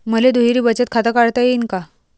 मले दुहेरी बचत खातं काढता येईन का?